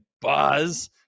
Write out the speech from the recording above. buzz